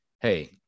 Hey